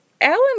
Alan